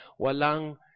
walang